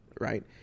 right